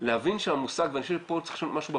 להבין שהמושג, ופה צריך לשנות משהו בפרדיגמה,